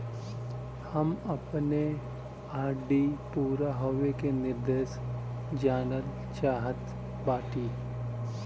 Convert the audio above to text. हम अपने आर.डी पूरा होवे के निर्देश जानल चाहत बाटी